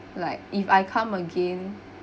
like if I come again